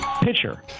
Pitcher